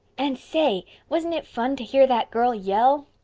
and say, wasn't it fun to hear that girl yell?